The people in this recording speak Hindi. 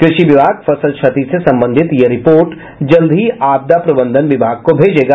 कृषि विभाग फसल क्षति से संबंधित यह रिपोर्ट जल्द ही आपदा प्रबंधन विभाग को भेजेगा